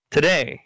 Today